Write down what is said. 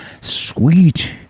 Sweet